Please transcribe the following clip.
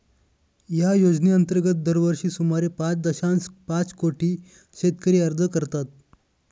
या योजनेअंतर्गत दरवर्षी सुमारे पाच दशांश पाच कोटी शेतकरी अर्ज करतात